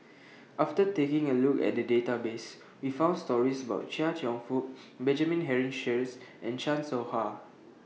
after taking A Look At The Database We found stories about Chia Cheong Fook Benjamin Henry Sheares and Chan Soh Ha